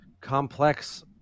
complex